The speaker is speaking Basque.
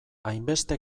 hainbeste